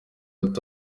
munsi